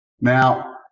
Now